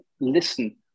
listen